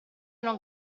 non